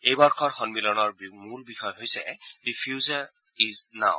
এই বৰ্ষৰ সমিলনৰ মূল বিষয় হৈছে দ্য ফিউচাৰ ইজ নাও